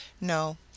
no